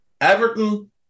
Everton